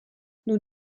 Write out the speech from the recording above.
nous